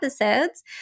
episodes